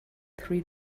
three